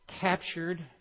Captured